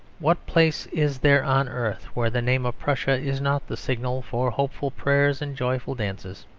what place is there on earth where the name of prussia is not the signal for hopeful prayers and joyful dances?